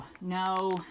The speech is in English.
No